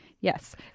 Yes